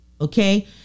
Okay